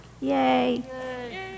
Yay